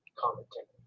commenting